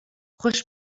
خوش